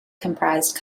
comprised